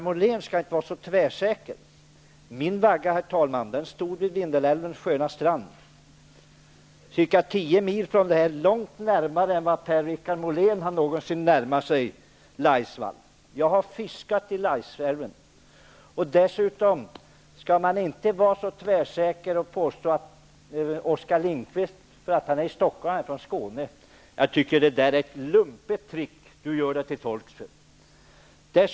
Min vagga stod vid Vindelälvens sköna strand, långt närmare Laisvall än vad Per-Richard Molén någonsin har varit. Jag har fiskat i Laisälven. Dessutom är det fel att påstå att Oskar Lindkvist är stockholmare, för han är från Skåne. Jag tycker att det är ett lumpet trick som Per-Richard Molén använder.